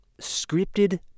Scripted